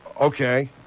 okay